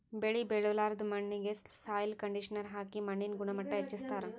ಬೆಳಿ ಬೆಳಿಲಾರ್ದ್ ಮಣ್ಣಿಗ್ ಸಾಯ್ಲ್ ಕಂಡಿಷನರ್ ಹಾಕಿ ಮಣ್ಣಿನ್ ಗುಣಮಟ್ಟ್ ಹೆಚಸ್ಸ್ತಾರ್